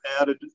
added